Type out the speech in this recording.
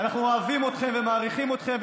אנחנו אוהבים אתכם ומעריכים אתכם,